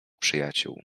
przyjaciół